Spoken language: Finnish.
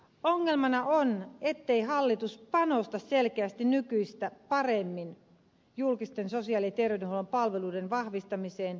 ongelmana on ettei hallitus panosta selkeästi nykyistä paremmin julkisten sosiaali ja terveydenhuollon palveluiden vahvistamiseen